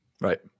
Right